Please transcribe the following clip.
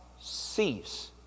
cease